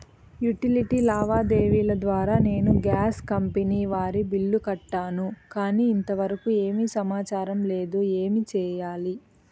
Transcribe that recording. Utility లావాదేవీల ద్వారా నేను గ్యాస్ కంపెని వారి బిల్లు కట్టాను కానీ ఇంతవరకు ఏమి సమాచారం లేదు, ఏమి సెయ్యాలి?